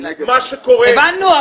הבנו.